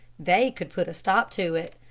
they could put a stop to it.